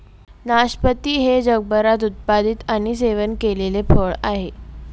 नाशपाती हे जगभरात उत्पादित आणि सेवन केलेले फळ आहे